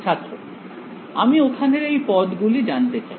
ছাত্র আমি ওখানের এই পদগুলি জানতে চাই